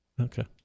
Okay